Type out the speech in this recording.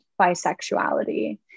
bisexuality